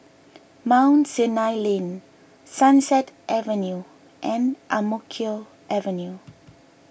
Mount Sinai Lane Sunset Avenue and Ang Mo Kio Avenue